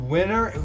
Winner